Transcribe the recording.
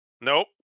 nope